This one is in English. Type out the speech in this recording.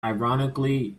ironically